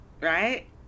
right